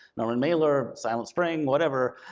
normal mailer, silent spring, whatever.